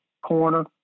corner